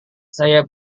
saya